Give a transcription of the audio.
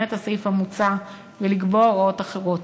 את הסעיף המוצע ולקבוע הוראות אחרות.